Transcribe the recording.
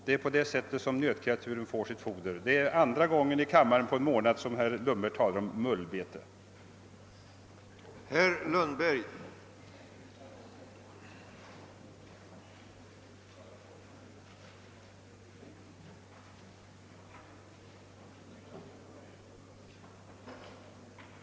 Det är på det sättet nötkreaturen får sitt foder. Det är andra gången på en månad som herr Lundberg talar om »mullbete« i denna kammare.